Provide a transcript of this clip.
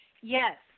Yes